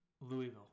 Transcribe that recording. Louisville